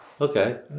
Okay